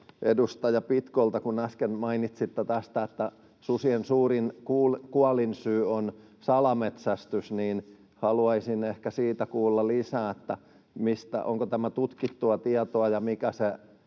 edustaja Pitkolta: Kun äsken mainitsitte tästä, että susien suurin kuolinsyy on salametsästys, niin haluaisin ehkä siitä kuulla lisää — onko tämä tutkittua tietoa, ja mikä se